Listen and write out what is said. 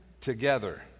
together